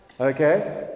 Okay